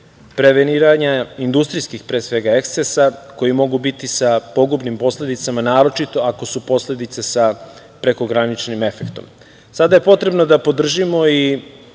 preveniranja industrijskih pre svega ekscesa koji mogu biti sa pogubnim posledicama naročito ako su posledice sa prekograničnim efektom. Sada je potrebno da podržimo i